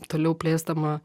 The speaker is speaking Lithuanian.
toliau plėsdama